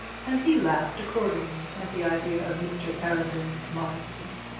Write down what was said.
and he laughed accordingly at the idea of mr arabin's modesty.